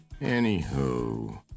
Anywho